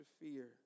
fear